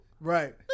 Right